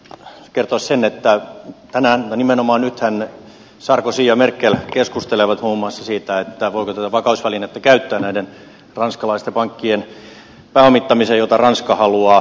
kertoa sen että tänään nimenomaan nythän sarkozy ja merkel keskustelevat muun muassa siitä voiko tätä vakausvälinettä käyttää näiden ranskalaisten pankkien pääomittamiseen mitä ranska haluaa